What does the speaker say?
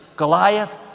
goliath,